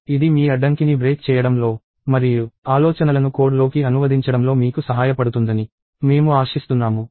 ఇది మీ అడ్డంకిని బ్రేక్ చేయడం లో మరియు ఆలోచనలను కోడ్లోకి అనువదించడంలో మీకు సహాయపడుతుందని మేము ఆశిస్తున్నాము